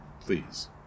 please